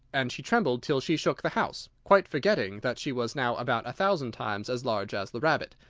and she trembled till she shook the house, quite forgetting that she was now about a thousand times as large as the rabbit,